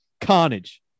Carnage